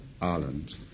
Ireland